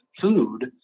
food